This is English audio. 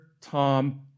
Tom